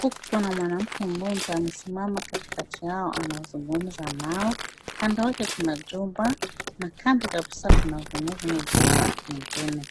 huku kuna mwanamke mmjoja amesimama katikati yao anazungumza nao, kando yake kuna jumba na kando kabisa kuna ubunifu ya jumba jingine